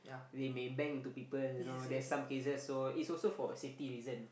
they may bang into people you know then some cases so it's also for safety reason